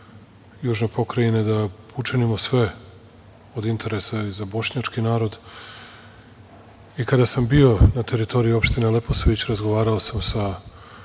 južne pokrajine, da učinimo sve od interesa i za bošnjački narod. Kada sam bio na teritoriji opštine Leposavić, razgovarao sam sa